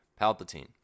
Palpatine